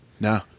No